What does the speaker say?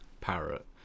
Parrot